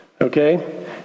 Okay